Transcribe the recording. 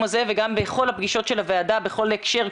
הזה וגם בכל הפגישות של הוועדה בכל הקשר,